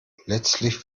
letztlich